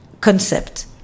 concept